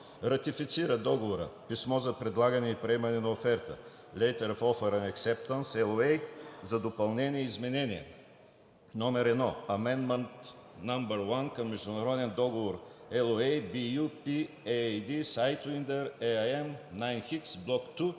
Ратифицира Договора (Писмо за предлагане и приемане на оферта/Letter of Offer and Acceptance – LOA) за допълнение и изменение № 1 (Amendment № 1) към Международен договор (LOA) BU-P-AAD „Sidewinder AIM 9X Блок II